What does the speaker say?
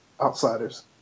outsiders